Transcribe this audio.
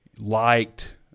liked